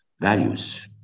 values